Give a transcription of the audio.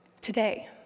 today